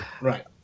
Right